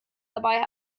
dabei